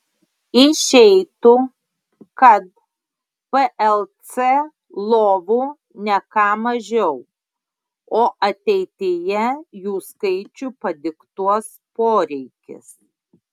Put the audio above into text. išeitų kad plc lovų ne ką mažiau o ateityje jų skaičių padiktuos poreikis